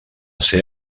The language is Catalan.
ser